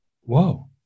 whoa